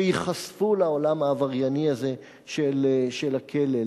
שייחשפו לעולם העברייני הזה של הכלא,